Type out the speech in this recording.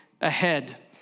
ahead